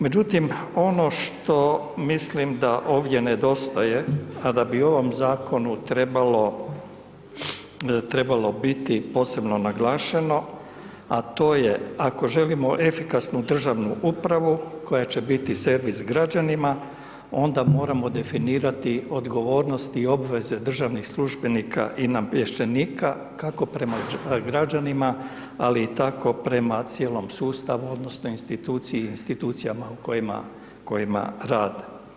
Međutim, ono što mislim da ovdje nedostaje a da bi ovom zakonu trebalo, trebalo biti posebno naglašeno, a to je ako želimo efikasnu državnu upravu koja će biti servis građanima onda moramo definirati odgovornost i obveze državnih službenika i namještenika, kako prema građanima, ali i tako prema cijelom sustavu odnosno instituciji, institucijama u kojima rade.